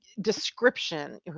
description